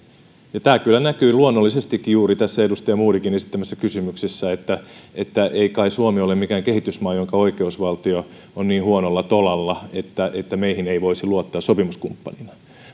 tämä kyllä näkyy luonnollisestikin juuri edustaja modigin esittämässä kysymyksessä että että ei kai suomi ole mikään kehitysmaa jonka oikeusvaltio on niin huonolla tolalla että meihin ei voisi luottaa sopimuskumppanina